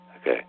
okay